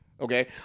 Okay